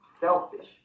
Selfish